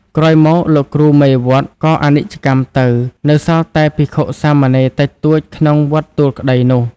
ក្រោយមក លោកគ្រូមេវត្តក៏អនិច្ចធម្មទៅ នៅសល់តែភិក្ខុសាមណេរតិចតួចក្នុងវត្តទួលក្ដីនោះ ។